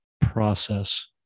process